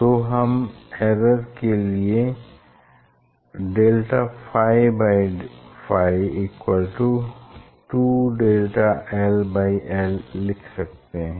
तो हम एरर के लिए δφφ2δll लिख सकते हैं